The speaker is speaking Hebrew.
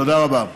תודה רבה.